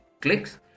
clicks